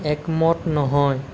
একমত নহয়